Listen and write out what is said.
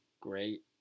Great